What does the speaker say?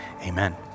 Amen